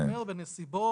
אני אומר, בנסיבות